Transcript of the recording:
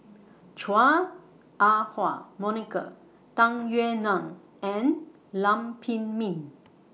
Chua Ah Huwa Monica Tung Yue Nang and Lam Pin Min